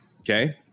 Okay